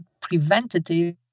preventative